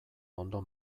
ondo